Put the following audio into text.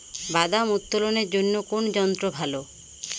বাদাম উত্তোলনের জন্য কোন যন্ত্র ভালো?